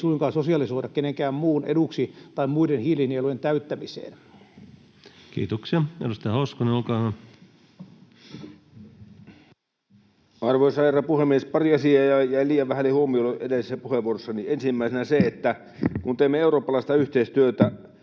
ei suinkaan sosialisoida kenenkään muun eduksi tai muiden hiilinielujen täyttämiseen. Kiitoksia. — Edustaja Hoskonen, olkaa hyvä. Arvoisa herra puhemies! Pari asiaa jäi liian vähälle huomiolle edellisessä puheenvuorossani: Ensimmäisenä se, että kun teemme eurooppalaista yhteistyötä,